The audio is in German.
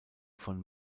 von